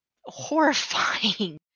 horrifying